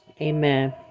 Amen